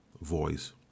voice